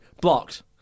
Blocked